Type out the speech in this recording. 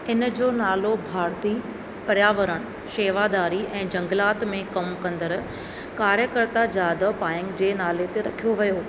इन जो नालो भारती पर्यावरणु शेवाधारी ऐं जंगिलात में कमु कंदड़ु कार्यकर्ता जादव पायेंग जे नाले ते रखियो वियो